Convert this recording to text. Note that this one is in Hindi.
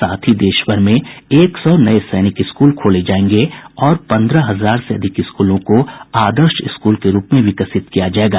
साथ ही देशभर में एक सौ नये सैनिक स्कूल खोले जायेंगे और पन्द्रह हजार से अधिक स्कूलों को आदर्श स्कूल के रूप में विकसित किया जायेगा